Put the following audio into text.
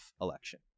election